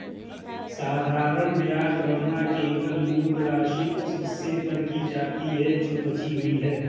साधारण ब्याज गणना केवल मूल राशि, उस हिस्से पर की जाती है जो बची हुई है